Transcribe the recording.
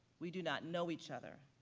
we do not know each other.